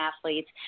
athletes